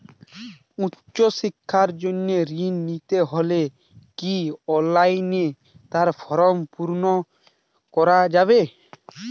উচ্চশিক্ষার জন্য ঋণ নিতে হলে কি অনলাইনে তার ফর্ম পূরণ করা যাবে?